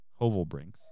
Hovelbrinks